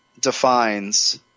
defines